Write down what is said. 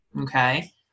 okay